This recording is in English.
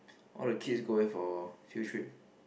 all the kids going for field trip